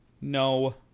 No